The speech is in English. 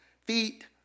feet